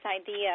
idea